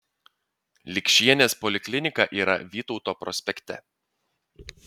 likšienės poliklinika yra vytauto prospekte